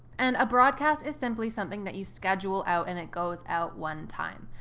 and a broadcast is simply something that you schedule out and it goes out one time.